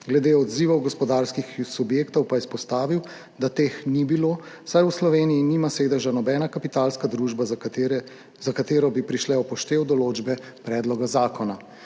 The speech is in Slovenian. glede odzivov gospodarskih subjektov pa je izpostavil, da teh ni bilo, saj v Sloveniji nima sedeža nobena kapitalska družba, za katero bi prišle v poštev določbe predloga zakona.